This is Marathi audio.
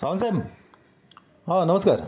सावंतसाहेब हा नमस्कार